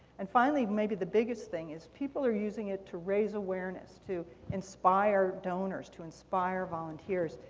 and finally, maybe the biggest thing, is people are using it to raise awareness, to inspire donors, to inspire volunteers,